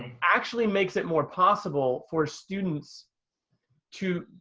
actually makes it more possible for students to,